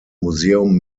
museum